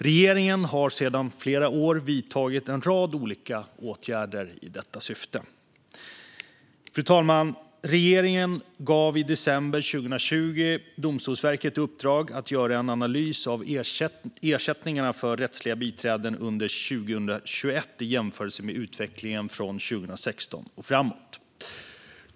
Regeringen har sedan flera år vidtagit en rad olika åtgärder i detta syfte. Fru talman! Regeringen gav i december 2020 Domstolsverket i uppdrag att göra en analys av ersättningarna för rättsliga biträden under 2021 i jämförelse med utvecklingen från 2016 och framåt.